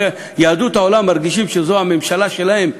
הרי יהודי העולם מרגישים שזו הממשלה שלהם,